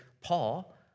Paul